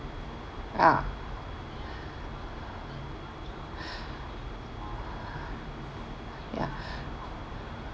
ah ya